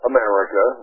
America